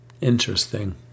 Interesting